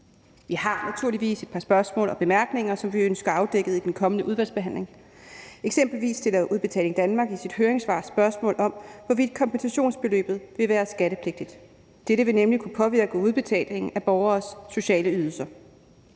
Vi har naturligvis et par spørgsmål og bemærkninger, som vi ønsker afdækket i den kommende udvalgsbehandling. Eksempelvis stiller Udbetaling Danmark i sit høringssvar spørgsmål om, hvorvidt kompensationsbeløbet vil være skattepligtigt. Dette vil nemlig kunne påvirke udbetalingen af borgeres sociale ydelser.